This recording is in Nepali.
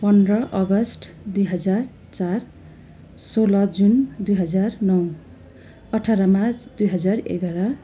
पन्ध्र अगस्त दुई हजार चार सोह्र जुन दुई हजार नौ अठार मार्च दुई हजार एघार